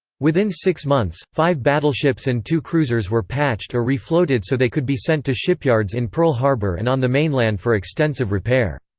within six months, five battleships and two cruisers were patched or refloated so they could be sent to shipyards in pearl harbor and on the mainland for extensive repair.